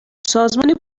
سازمان